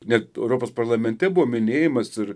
net europos parlamente buvo minėjimas ir